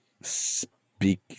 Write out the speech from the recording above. speak